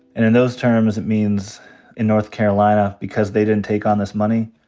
and in those terms, it means in north carolina, because they didn't take on this money,